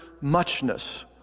muchness